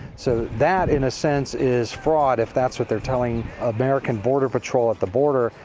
so that in a sense is fraud if that's what they are telling american border patrol at the border.